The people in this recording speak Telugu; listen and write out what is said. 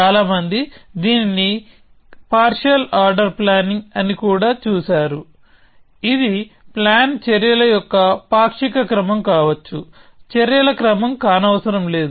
చాలా మంది దీనిని పార్షియల్ ఆర్డర్ ప్లానింగ్ అని కూడా చూశారు ఇది ప్లాన్ చర్యల యొక్క పాక్షిక క్రమం కావచ్చు చర్యల క్రమం కానవసరం లేదు